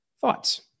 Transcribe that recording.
Thoughts